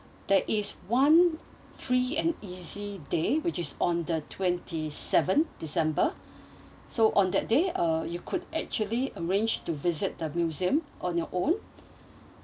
there is one free and easy day which is on the twenty seven december so on that day uh you could actually arrange to visit the museum on your own